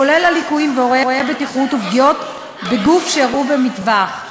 כולל הליקויים ואירועי הבטיחות ופגיעות בגוף שאירעו במטווח.